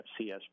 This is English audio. FCS